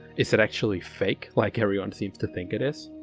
is it actually fake, like everyone seems to think it is?